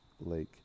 lake